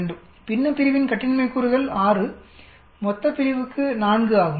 2 பின்னப்பிரிவின் கட்டின்மை கூறுகள் 6 மொத்தப்பிரிவுக்கு 4 ஆகும்